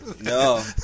No